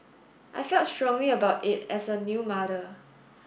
I felt strongly about it as a new mother